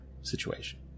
Situation